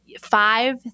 five